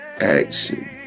action